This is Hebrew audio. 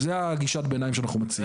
זו גישת הביניים שאנחנו מציעים.